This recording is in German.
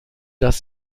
das